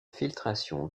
filtration